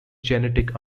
genetic